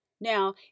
Now